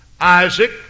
Isaac